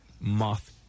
moth